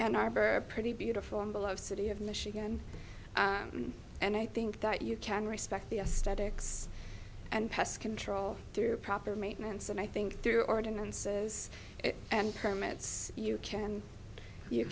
an arbor a pretty beautiful and below city of michigan and i think that you can respect the aesthetics and pest control through proper maintenance and i think through ordinances and permits you can you